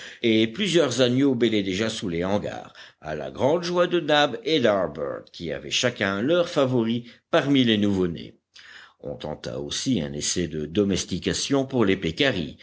et plusieurs agneaux bêlaient déjà sous les hangars à la grande joie de nab et d'harbert qui avaient chacun leur favori parmi les nouveaux nés on tenta aussi un essai de domestication pour les